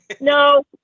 No